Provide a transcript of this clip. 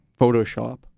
Photoshop